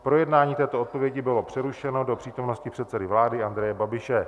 Projednání této odpovědi bylo přerušeno do přítomnosti předsedy vlády Andreje Babiše.